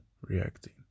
reacting